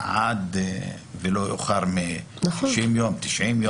לא יאוחר מ-60 יום או 90 יום.